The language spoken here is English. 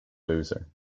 loser